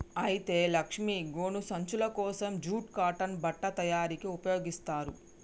అయితే లక్ష్మీ గోను సంచులు కోసం జూట్ కాటన్ బట్ట తయారీకి ఉపయోగిస్తారు